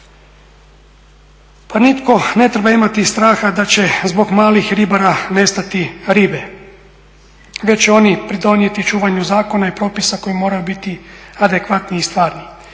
Pa nitko ne treba imati straha da će zbog malih ribara nestati ribe, već oni pridonijeti čuvanju zakona i propisa koji moraju biti adekvatni i stvarni.